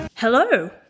Hello